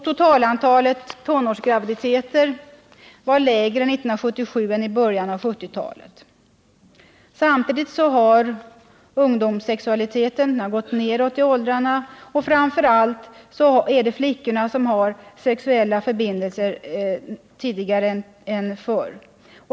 Totalantalet tonårsgraviditeter var lägre år 1977 än i början av 1970-talet. Samtidigt har ungdomssexualiteten gått nedåt i åldrarna. Framför allt har flickorna fler sexuella förbindelser tidigare nu än förr.